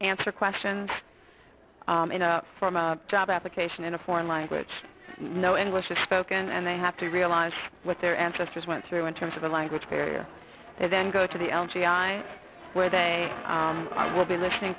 answer questions from a job application in a foreign language no english is spoken and they have to realize what their ancestors went through in terms of a language barrier they then go to the g i where they will be listening